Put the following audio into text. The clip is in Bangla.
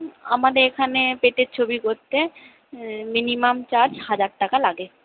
আমাদের এখানে পেটের ছবি করতে মিনিমাম চার্জ হাজার টাকা লাগে